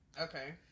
Okay